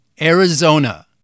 Arizona